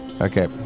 Okay